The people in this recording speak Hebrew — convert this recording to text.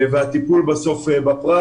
והטיפול בסוף בפרט.